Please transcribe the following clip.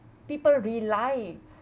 people rely